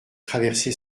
traversé